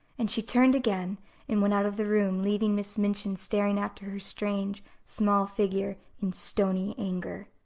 and she turned again and went out of the room, leaving miss minchin staring after her strange, small figure in stony anger.